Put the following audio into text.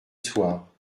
soir